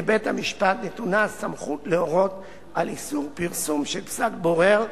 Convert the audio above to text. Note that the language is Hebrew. לבית-המשפט נתונה הסמכות להורות על איסור פרסום של פסק הבורר,